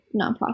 nonprofit